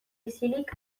isilik